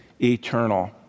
eternal